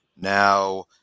Now